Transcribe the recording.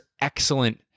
excellent